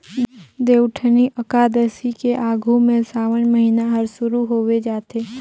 देवउठनी अकादसी के आघू में सावन महिना हर सुरु होवे जाथे